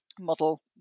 Model